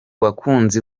bakunzi